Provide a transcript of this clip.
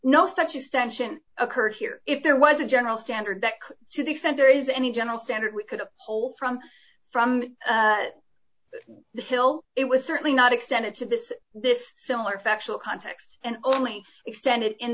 no such extension occurred here if there was a general standard that to the extent there is any general standard we could a whole from from the hill it was certainly not extended to this this similar factual context and only extend